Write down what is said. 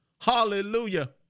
Hallelujah